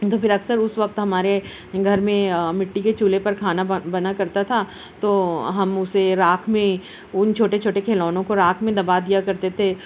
تو پھر اکثر اس وقت ہمارے گھر میں مٹی کے چولہے پر کھانا بن بنا کرتا تھا تو ہم اسے راکھ میں ان چھوٹے چھوٹے کھلونوں کو راکھ میں دبا دیا کرتے تھے